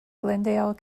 glendale